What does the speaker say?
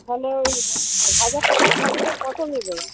তাহলে ওই হাজার টাকার শাড়িটা কত নেবেন